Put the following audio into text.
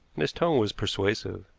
and his tone was persuasive.